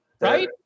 right